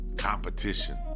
competition